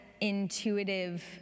Intuitive